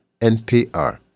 NPR